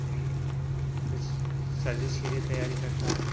कोई अपनी सर्विस के लिए तैयारी करता है